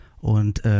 Und